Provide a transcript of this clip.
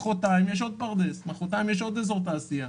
אבל מוחרתיים יש עוד פרדס או אזור תעשייה.